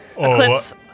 Eclipse